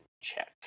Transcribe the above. check